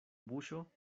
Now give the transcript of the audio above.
buŝo